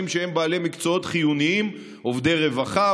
בעלי מקצועות חיוניים: עובדי רווחה,